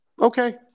Okay